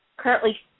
currently